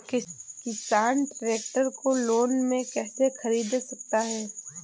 किसान ट्रैक्टर को लोन में कैसे ख़रीद सकता है?